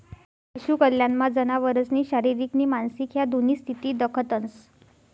पशु कल्याणमा जनावरसनी शारीरिक नी मानसिक ह्या दोन्ही स्थिती दखतंस